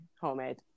homemade